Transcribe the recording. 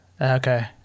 Okay